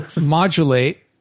modulate